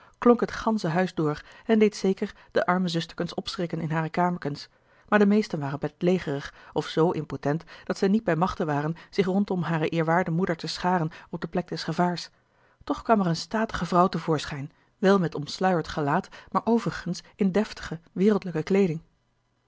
het gansche huis door en deed zeker de arme zusterkens opschrikken in hare kamerkens maar de meesten waren bedlegerig of z impotent dat zij niet bij machte waren zich rondom hare eerwaarde moeder te scharen op de plek des gevaars toch kwam er eene statige vrouw te voorschijn wel met omsluierd gelaat maar overigens in deftige wereldlijke kleeding